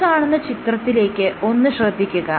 ഈ കാണുന്ന ചിത്രത്തിലേക്ക് ഒന്ന് ശ്രദ്ധിക്കുക